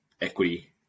equity